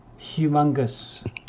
humongous